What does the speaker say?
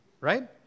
right